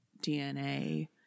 DNA